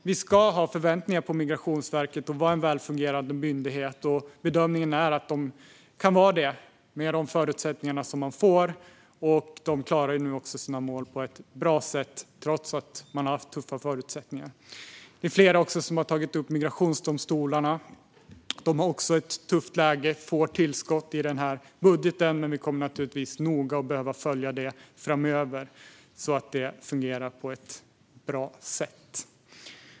Vi ska ha förväntningar på att Migrationsverket ska vara en väl fungerande myndighet, och bedömningen är att man kan vara det med de förutsättningar man får. Man klarar också sina mål på ett bra sätt, trots tuffa förutsättningar. Flera talare har tagit upp migrationsdomstolarna. De har också ett tufft läge. De får tillskott i budgeten, och vi kommer givetvis att följa dem noga framöver så att vi ser att fungerar på ett bra sätt.